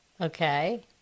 Okay